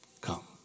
come